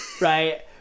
right